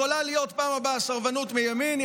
בפעם הבאה יכולה להיות סרבנות מימין,